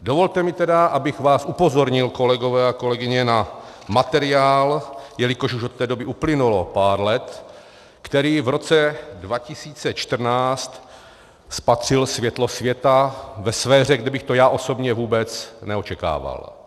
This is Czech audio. Dovolte mi tedy, abych vás upozornil, kolegové a kolegyně, na materiál, jelikož už od té doby uplynulo pár let, který v roce 2014 spatřil světlo světa ve sféře, kde bych to já osobně vůbec neočekával.